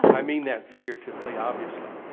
i mean that figuratively obviously.